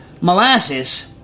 molasses